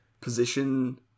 position